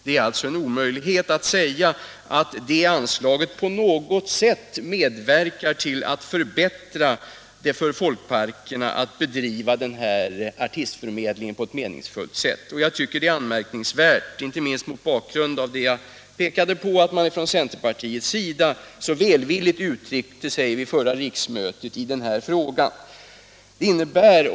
Man kan alltså inte säga att det anslaget medverkar till att förbättra folkparkernas möjligheter att bedriva artistförmedlingen. Detta tycker jag är anmärkningsvärt, inte minst mot bakgrund av att man från centerpartiet uttryckte sig så välvilligt i denna fråga vid förra riksmötet.